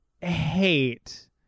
hate